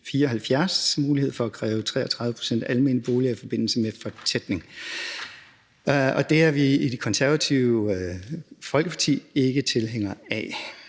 mulighed for at kræve 33 pct. almene boliger i forbindelse med fortætning. Og det er vi i Det Konservative Folkeparti ikke tilhængere af.